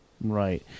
Right